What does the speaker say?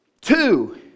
Two